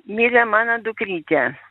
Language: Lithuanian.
mirė mano dukrytė